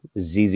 zz